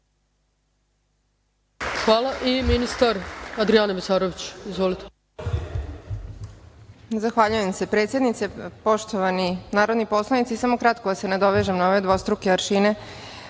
Hvala. Reč ima ministar Adrijana Mesarović. Izvolite.